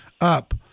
up